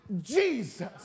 Jesus